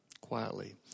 quietly